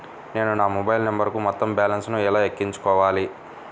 నేను నా మొబైల్ నంబరుకు మొత్తం బాలన్స్ ను ఎలా ఎక్కించుకోవాలి?